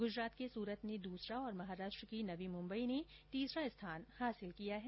गुजरात के सूरत ने दूसरा और महाराष्ट्र की नवी मुंबई ने तीसरा स्थान हासिल किया है